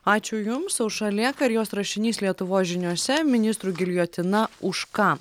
ačiū jums aušra lėka ir jos rašinys lietuvos žiniose ministrų giljotina už ką